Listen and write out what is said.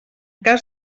cas